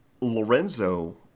Lorenzo